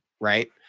Right